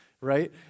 right